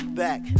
back